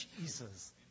Jesus